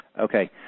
Okay